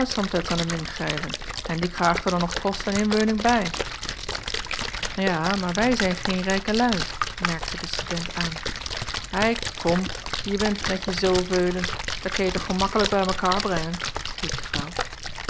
min geiven en die kraigt er dan nog kost en inweuning bei ja maar wij zijn geen rijke luî merkte de student aan ei kom je bent met je zoo veulen dat kenje toch gemakkelijk bij mekaar brengen riep de vrouw